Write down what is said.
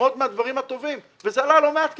ללמוד מהדברים הטובים וזה עלה לא מעט כסף.